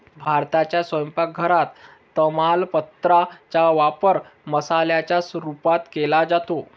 भारताच्या स्वयंपाक घरात तमालपत्रा चा वापर मसाल्याच्या रूपात केला जातो